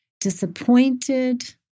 disappointed